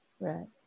Right